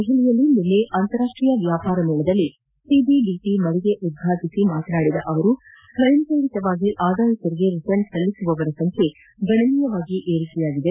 ದೆಹಲಿಯಲ್ಲಿ ನಿನ್ನೆ ಅಂತಾರಾಷ್ವೀಯ ವ್ಯಾಪಾರ ಮೇಳದಲ್ಲಿ ಸಿಬಿಡಿಟ ಮಳಿಗೆ ಉದ್ವಾಟಿಸಿ ಮಾತನಾಡಿದ ಅವರು ಸ್ವಯಂ ಪ್ರೇರಿತವಾಗಿ ಅದಾಯ ತೆರಿಗೆ ರಿಟರ್ನ್ಸ್ ಸಲ್ಲಿಸುವವರ ಸಂಖ್ಯೆ ಗಣನೀಯವಾಗಿದೆ